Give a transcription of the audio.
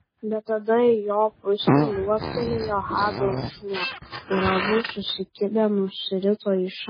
bet tada į jo pusę liuoktelėjo hado šuo ir abu susikibę nusirito į šalį